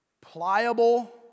pliable